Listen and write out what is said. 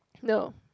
no